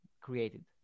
created